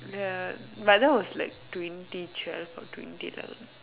ya but that was like twenty twelve or twenty eleven